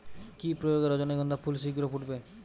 কি প্রয়োগে রজনীগন্ধা ফুল শিঘ্র ফুটবে?